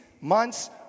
months